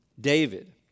David